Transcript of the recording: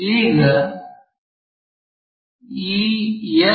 ಈಗ ಈ ಎಲ್